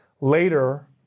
Later